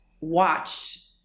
watched